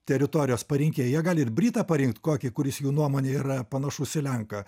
teritorijos parinkėjai jie gali ir britą parinkt kokį kuris jų nuomone yra panašus į lenką